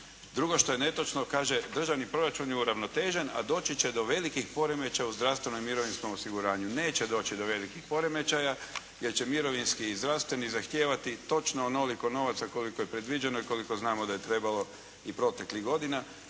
Drugo što je netočno kaže, državni proračun je uravnotežen a doći će do velikih poremećaju u zdravstvenom i mirovinskom osiguranju. Neće doći do velikih poremećaja, jer će mirovinski zdravstveni zahtijevati točno onoliko novaca koliko je predviđeno i koliko znamo da je trebalo i proteklih godina.